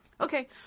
Okay